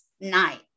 night